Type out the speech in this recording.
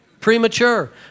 Premature